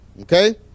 okay